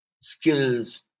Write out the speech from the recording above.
skills